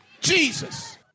Jesus